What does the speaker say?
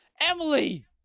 Emily